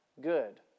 good